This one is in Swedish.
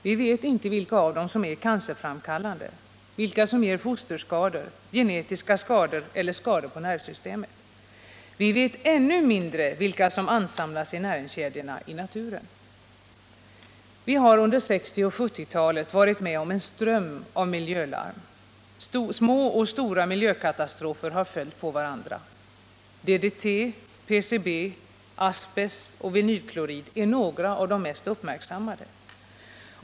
Vi vet inte vilka av dem som är cancerframkallande, vilka som ger fosterskador, genetiska skador eller skador på nervsystemet. Vi vet ännu mindre vilka som ansamlas i näringskedjorna i naturen. Vi har under 1960 och 1970-talen varit med om en ström av miljölarm. Små och stora miljökatastrofer har följt på varandra. DDT, PCB, asbest och vinylklorid är några av de mest uppmärksammade.